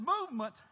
movement